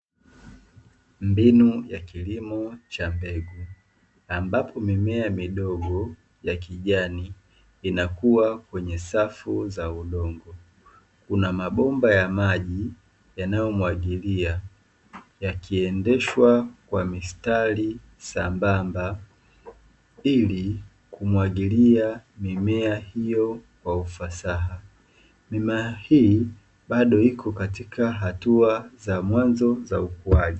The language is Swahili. Mbinu ya kilimo cha mbegu ambapo mimea midogo ya kijani inakua kwenye safu za udongo. Kuna mabomba ya maji yanayomwagilia, yakiendeshwa kwa mistari sambamba ili kumwagilia mimea hiyo kwa ufasaha. Mimea hii bado iko katika hatua za mwanzo za ukuaji.